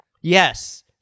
Yes